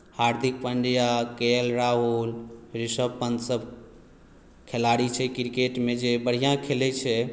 हार्दिक Pandya K L Rahul Rishabh पन्तसभ खेलाड़ी छै क्रिकेटमे जे बढ़िआँ खेलैत छै